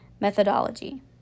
methodology